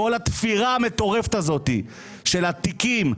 כל התפירה המטורפת הזאת של התיקים,